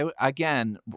Again